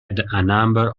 number